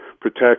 protect